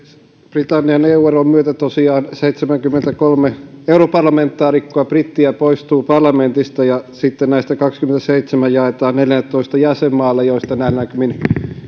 britannian eu eron myötä tosiaan seitsemänkymmentäkolme europarlamentaarikkoa brittiä poistuu parlamentista ja sitten näistä kaksikymmentäseitsemän paikkaa jaetaan neljälletoista jäsenmaalle ja niistä näillä näkymin